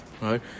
right